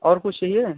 और कुछ चाहिए